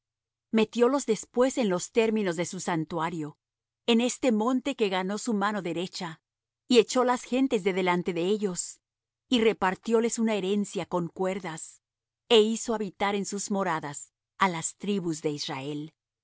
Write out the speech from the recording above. enemigos metiólos después en los términos de su santuario en este monte que ganó su mano derecha y echó las gentes de delante de ellos y repartióles una herencia con cuerdas e hizo habitar en sus moradas á las tribus de israel